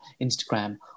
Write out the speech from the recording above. instagram